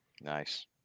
Nice